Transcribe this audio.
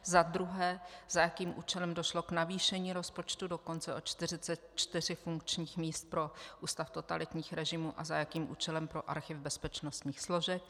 Za druhé, za jakým účelem došlo k navýšení rozpočtu dokonce o 44 funkčních míst pro Ústav pro studium totalitních režimů a za jakým účelem pro Archiv bezpečnostních složek.